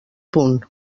punt